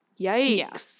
Yikes